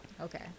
Okay